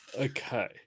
Okay